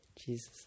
Jesus